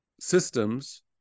systems